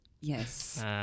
Yes